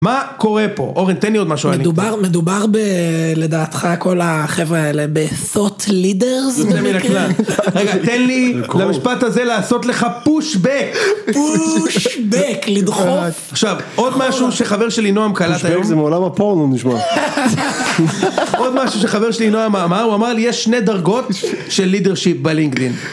מה קורה פה, אורן תן לי עוד משהו, מדובר לדעתך כל החבר'ה האלה בסוט לידרז, תן לי למשפט הזה לעשות לך פושבק, עכשיו עוד משהו שחבר שלי נועם קלט היום, עוד משהו שחבר שלי נועם אמר, הוא אמר לי יש שני דרגות של לידרשיפ בלינקדין.